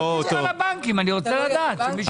נכון אבל אני רוצה לדעת.